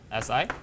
SI